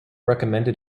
recommended